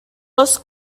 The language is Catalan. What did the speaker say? les